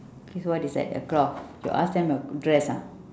okay so what is that a cloth you ask them a dress ah